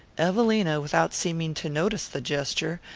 evelina, without seeming to notice the gesture,